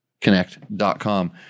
Connect.com